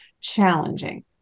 challenging